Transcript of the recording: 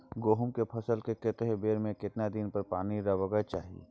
गेहूं के फसल मे कतेक बेर आ केतना दिन पर पानी परबाक चाही?